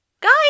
Guys